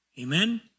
Amen